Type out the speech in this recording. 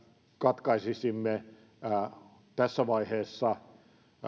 katkaisisimme tässä vaiheessa